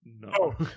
No